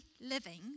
living